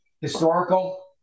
Historical